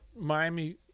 Miami